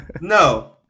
No